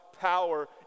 power